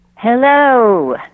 Hello